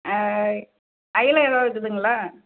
அயிரை ஏதாவது இருக்குதுங்களா